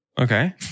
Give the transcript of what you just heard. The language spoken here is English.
Okay